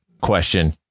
question